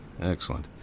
Excellent